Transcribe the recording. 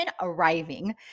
arriving